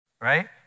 right